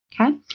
Okay